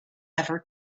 ever